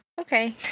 okay